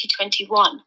2021